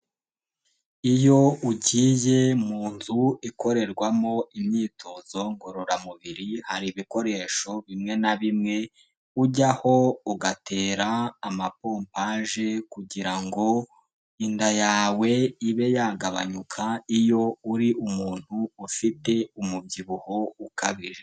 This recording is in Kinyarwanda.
Iyo ugiye mu nzu ikorerwamo imyitozo ngororamubiri, hari ibikoresho bimwe na bimwe ujyaho ugatera amapompaje kugira ngo inda yawe ibe yagabanyuka, iyo uri umuntu ufite umubyibuho ukabije.